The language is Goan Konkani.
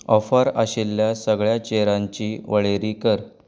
ऑफर आशिल्ल्या सगळ्या चेरांची वळेरी कर